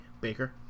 Baker